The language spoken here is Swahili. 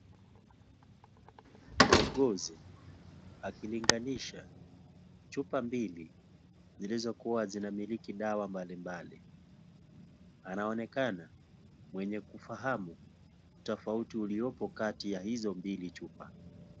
Muuguzi akilinganisha chupa mbili, zilizokuwa zinamiliki dawa mbali mbali. Anaonekana mwenye kufahamu utafauti uliopo kati ya hizo mbili chupa.